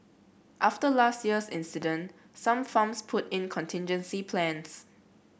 after last year's incident some farms put in contingency plans